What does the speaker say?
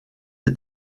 est